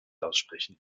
aussprechen